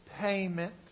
payment